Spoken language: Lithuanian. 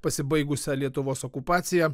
pasibaigusią lietuvos okupacija